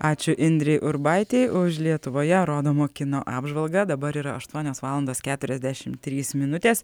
ačiū indrei urbaitei už lietuvoje rodomo kino apžvalgą dabar yra aštuonios valandos keturiasdešimt trys minutės